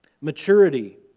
Maturity